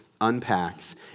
unpacks